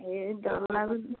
ଏଇ